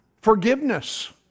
Forgiveness